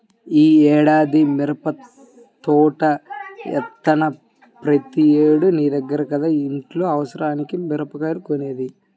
యీ ఏడన్నా మిరపదోట యేత్తన్నవా, ప్రతేడూ నీ దగ్గర కదా ఇంట్లో అవసరాలకి మిరగాయలు కొనేది